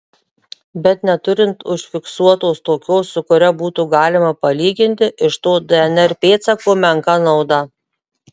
bet neturint užfiksuotos tokios su kuria būtų galima palyginti iš to dnr pėdsako menka nauda